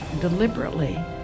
deliberately